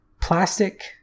plastic